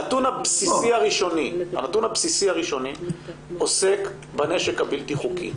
הנתון הבסיסי הראשוני עוסק בנשק הבלתי-חוקי.